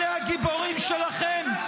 אלה הגיבורים שלכם?